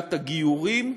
סוגיית הגיורים,